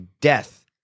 death